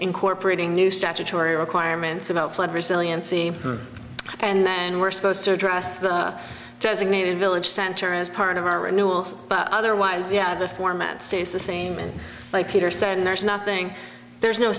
incorporating new statutory requirements about flood resiliency and then we're supposed to address the designated village center as part of our renewals but otherwise yeah the format stays the same like peter said there's nothing there's no